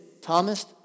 Thomas